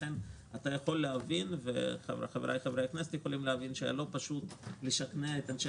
לכן אתם יכולים להבין שהיה לא פשוט לשכנע את אנשי